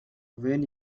when